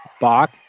Bach